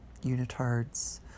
unitards